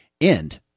end